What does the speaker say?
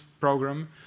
program